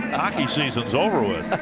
ah hockey season's over with. i